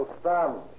stand